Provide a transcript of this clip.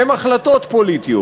הם החלטות פוליטיות.